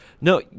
No